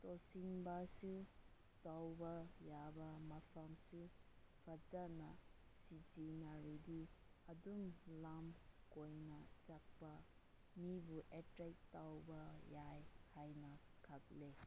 ꯇꯧꯁꯤꯟꯕꯁꯨ ꯇꯧꯕ ꯌꯥꯕ ꯃꯐꯝꯁꯨ ꯐꯖꯅ ꯁꯤꯖꯤꯟꯅꯔꯗꯤ ꯑꯗꯨꯝ ꯂꯝ ꯀꯣꯏꯅ ꯆꯠꯄ ꯃꯤꯕꯨ ꯑꯦꯇ꯭ꯔꯦꯛ ꯇꯧꯕ ꯌꯥꯏ ꯍꯥꯏꯅ ꯈꯜꯂꯦ